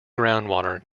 groundwater